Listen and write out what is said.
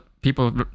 people